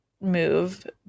move